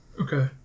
Okay